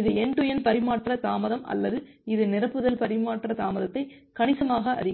இது end to end பரிமாற்ற தாமதம் அல்லது இது நிரப்புதல் பரிமாற்ற தாமதத்தை கணிசமாக அதிகரிக்கும்